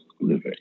living